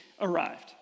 arrived